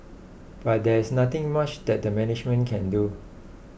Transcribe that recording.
but there is nothing much that the management can do